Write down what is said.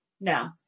no